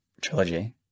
trilogy